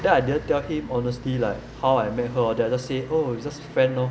then I didn't tell him honesty like how I met her all that I just say oh it's just a friend lor